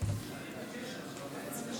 הצעת חוק